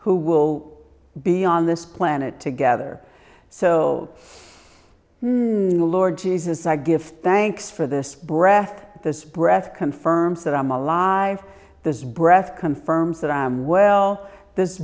who will be on this planet together so lord jesus i give thanks for this breath this breath confirms that i'm alive this breath confirms that i am well this